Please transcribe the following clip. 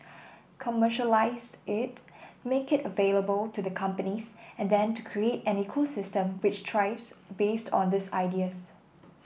commercialise it make it available to the companies and then to create an ecosystem which thrives based on these ideas